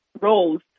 roles